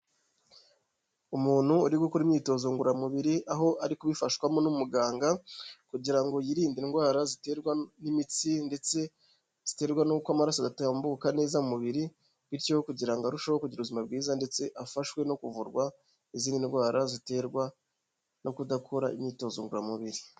Umuntu uri gukora imyitozo ngoramubiri, aho ari kubifashwamo n'umuganga kugira ngo yirinde indwara ziterwa n'imitsi ndetse ziterwa n'uko amaraso adatambuka neza mu mubiri bityo kugira ngo arusheho kugira ubuzima bwiza ndetse afashwe no kuvurwa izindi ndwara, ziterwa no kudakora imyitozo ngororamubiri.